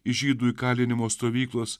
iš žydų įkalinimo stovyklos